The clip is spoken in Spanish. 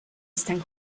están